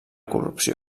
corrupció